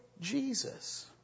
Jesus